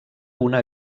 una